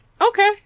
Okay